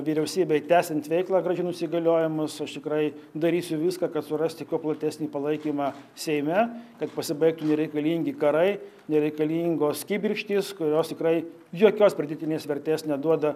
vyriausybei tęsiant veiklą grąžinus įgaliojimus aš tikrai darysiu viską kad surasti kuo platesnį palaikymą seime kad pasibaigtų nereikalingi karai nereikalingos kibirkštys kurios tikrai jokios pridėtinės vertės neduoda